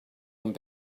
and